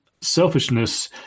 selfishness